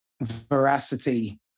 veracity